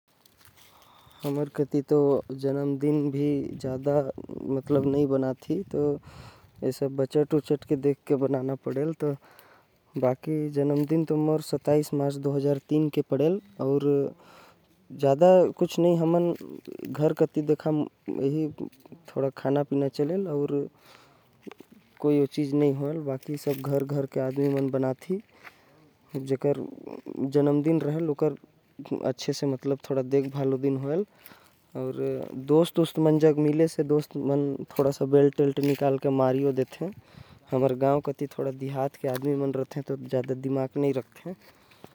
ऐसा कुछु खास तो नही हवे। लेकिन मोर जन्मदिन सत्ताईस मार्च के आथे। ओ दिन मैं थोड़ा घूम लेथु अपन संगता मन से मिल लेथु अउ। मोर बजट के हिसाब से जितना हो सकत है उतने करथो।